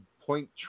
point